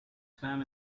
swam